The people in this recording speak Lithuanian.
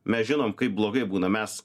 mes žinom kaip blogai būna mes